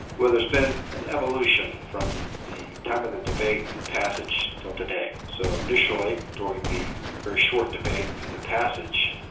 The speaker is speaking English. well, there's been an evolution from the time of the debate and passage til today. so initially during the very short debate and the passage,